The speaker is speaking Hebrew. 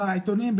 בעיתונים,